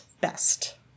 best